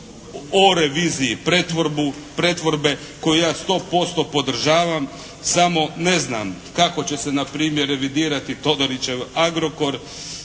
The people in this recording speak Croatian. o reviziji pretvorbe koju ja 100% podržavam, samo ne znam kako će se npr. revidirati Todorićev "Agrokor"